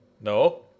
No